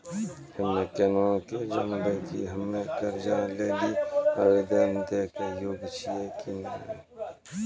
हम्मे केना के जानबै कि हम्मे कर्जा लै लेली आवेदन दै के योग्य छियै कि नै?